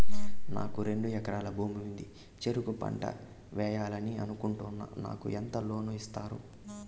నాకు రెండు ఎకరాల భూమి ఉంది, చెరుకు పంట వేయాలని అనుకుంటున్నా, నాకు ఎంత లోను ఇస్తారు?